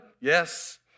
Yes